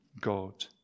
God